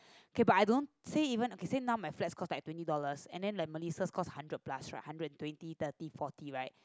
K but I don't say even okay said now my flats cost like twenty dollars and then like Mellisa cost hundred plus right hundred twenty thirty forty right